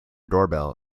doorbell